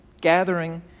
gathering